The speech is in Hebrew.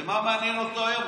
ומה מעניין אותו היום?